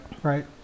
Right